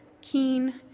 keen